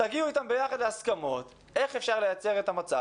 תגיעו איתם ביחד להסכמות איך אפשר לייצר את המצב